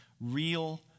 real